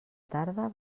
tarda